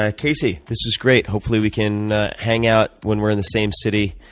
ah casey, this was great. hopefully we can hang out when we're in the same city.